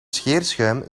scheerschuim